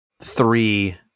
three